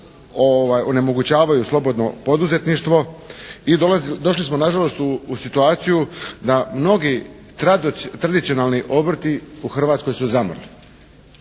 onemogućavaju slobodno poduzetništvo. I došli smo nažalost u situaciju da mnogi tradicionalni obrti u Hrvatskoj su zamrli.